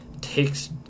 takes